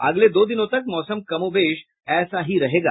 अगले दो दिनों तक मौसम कमोवेश ऐसे ही रहेगा